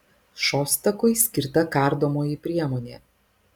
šostakui skirta kardomoji priemonė